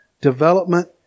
development